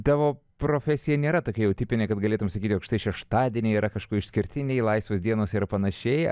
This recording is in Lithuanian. tavo profesija nėra tokia jau tipinė kad galėtum sakyti jog štai šeštadieniai yra kažkuo išskirtiniai laisvos dienos ir panašiai